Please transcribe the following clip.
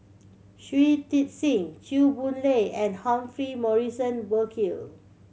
Shui Tit Sing Chew Boon Lay and Humphrey Morrison Burkill